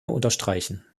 unterstreichen